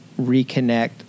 reconnect